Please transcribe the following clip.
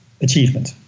achievement